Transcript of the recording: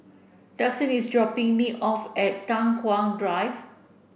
Daxton is dropping me off at Tai Hwan Drive